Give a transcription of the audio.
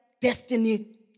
destiny